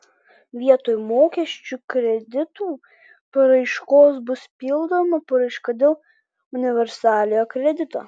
vietoj mokesčių kreditų paraiškos bus pildoma paraiška dėl universaliojo kredito